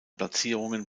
platzierungen